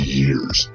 years